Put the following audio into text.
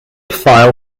file